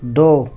دو